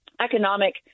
economic